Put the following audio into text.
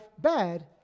bad